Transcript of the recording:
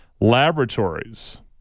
Laboratories